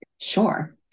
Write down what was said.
Sure